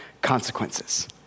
consequences